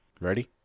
Ready